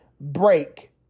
break